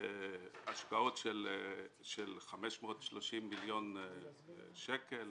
השקעות של 530 מיליון שקלים.